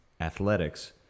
athletics